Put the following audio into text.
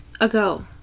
ago